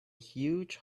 huge